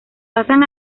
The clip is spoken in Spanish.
pasan